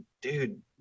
dude